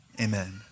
Amen